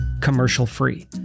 commercial-free